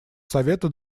совета